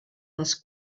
les